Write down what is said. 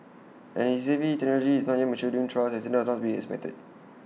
as A V technology is not yet maturing trials accidents are not to be unexpected